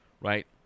right